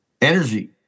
Energy